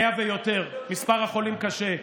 100 ויותר, מספר החולים קשה.